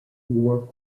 war